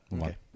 Okay